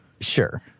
Sure